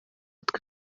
twe